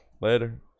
Later